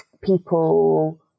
people